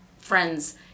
friends